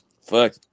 Fuck